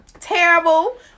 Terrible